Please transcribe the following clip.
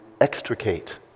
extricate